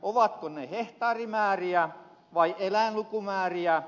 ovatko ne hehtaarimääriä vai eläinlukumääriä